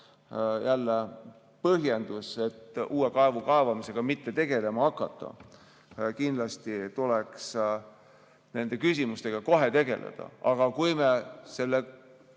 põhjendus, miks uue kaevu kaevamisega mitte tegelema hakata. Kindlasti tuleks nende küsimustega kohe tegeleda. Aga kui me seda